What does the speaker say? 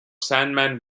sandman